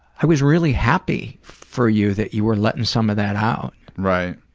i was really happy for you, that you were letting some of that out. right.